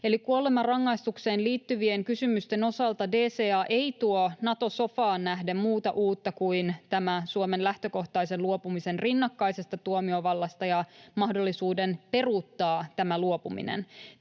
kuolemanrangaistukseen liittyvien kysymysten osalta DCA ei tuo Nato-sofaan nähden muuta uutta kuin tämän Suomen lähtökohtaisen luopumisen rinnakkaisesta tuomiovallasta ja mahdollisuuden peruuttaa tämä luopuminen.